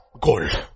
Gold